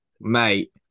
Mate